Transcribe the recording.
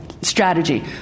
Strategy